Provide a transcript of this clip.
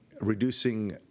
reducing